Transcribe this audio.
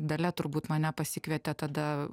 dalia turbūt mane pasikvietė tada